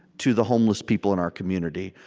to the homeless people in our community.